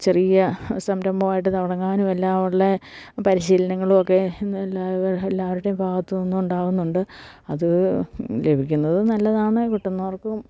ചെറിയ സംരംഭമായിട്ട് തുടങ്ങാനുമെല്ലാമുള്ള പരിശീലനങ്ങളുമൊക്കെ ഇന്നെല്ലാവരുടെയും ഭാഗത്ത് നിന്നുണ്ടാകുന്നുണ്ട് അത് ലഭിക്കുന്നത് നല്ലതാണ് കിട്ടുന്നവർക്കും